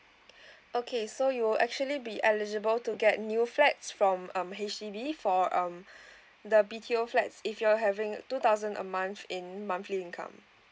okay so you will actually be eligible to get new flats from um H_D_B for um the B_T_O flats if you're having two thousand a month in monthly income